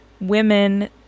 women